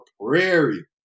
Prairie